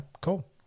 cool